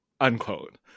unquote